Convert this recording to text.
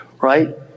right